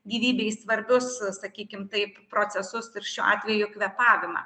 gyvybei svarbius sakykim taip procesus ir šiuo atveju kvėpavimą